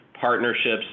partnerships